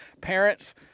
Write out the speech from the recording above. parents